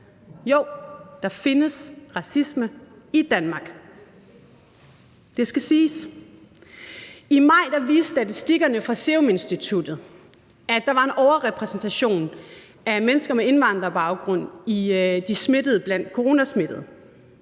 Jo, der findes racisme i Danmark. Det skal siges. I maj viste statistikkerne fra Seruminstituttet, at der var en overrepræsentation af mennesker med indvandrerbaggrund blandt de coronasmittede.